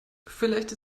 vielleicht